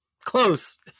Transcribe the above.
Close